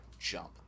jump